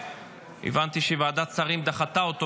הבנתי שוועדת שרים דחתה אותו בחודשיים,